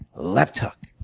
left hook.